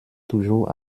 toujours